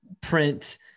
print